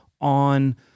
on